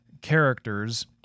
characters